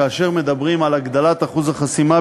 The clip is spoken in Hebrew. כאשר מדברים על הגדלת אחוז החסימה,